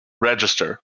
register